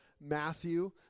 Matthew